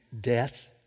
death